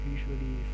Usually